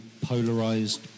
polarised